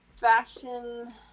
Fashion